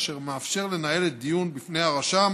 אשר מאפשר לנהל את דיון בפני רשם